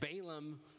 Balaam